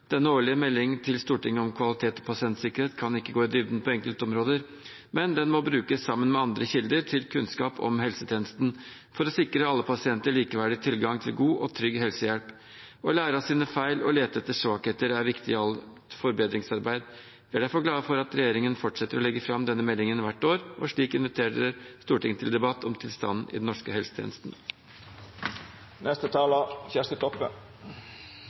Den årlige meldingen til Stortinget om kvalitet og pasientsikkerhet kan ikke gå i dybden på enkeltområder, men den må brukes sammen med andre kilder til kunnskap om helsetjenesten for å sikre alle pasienter likeverdig tilgang til god og trygg helsehjelp. Å lære av sine feil og lete etter svakheter er viktig i alt forbedringsarbeid. Vi er derfor glade for at regjeringen fortsetter å legge fram denne meldingen hvert år og slik inviterer Stortinget til debatt om tilstanden i den norske helsetjenesten.